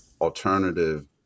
alternative